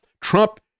Trump